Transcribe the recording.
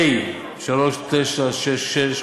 פ/3966,